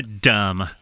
Dumb